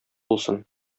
булсын